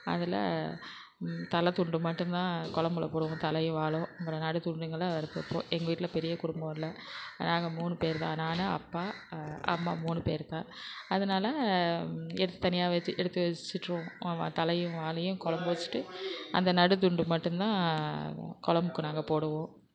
அதில் தலை துண்டு மட்டும் தான் குலம்புல போடுவோம் தலையும் வாலும் அப்பறம் நடுத்துண்டுங்களை வறுத்து வைப்போம் எங்கள் வீட்டில பெரிய குடும்பம் இல்லை நாங்கள் மூணு பேர் தான் நான் அப்பா அம்மா மூணு பேர் தான் அதனால் எடுத்து தனியாக வச்சு எடுத்து வச்சிட்ருவோம் வா தலையும் வாலையும் குலம்பு வச்சிவிட்டு அந்த நடுத்துண்டு மட்டும் தான் குலம்புக்கு நாங்கள் போடுவோம்